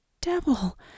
devil